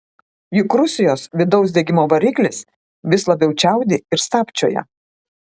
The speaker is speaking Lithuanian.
juk rusijos vidaus degimo variklis vis labiau čiaudi ir stabčioja